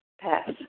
pass